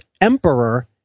emperor